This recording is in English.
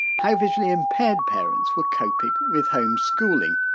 how visually impaired parents were coping with home-schooling.